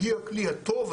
היא הכלי הטוב,